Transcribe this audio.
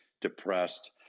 depressed